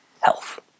health